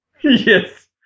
Yes